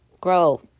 grow